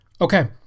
Okay